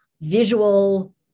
visual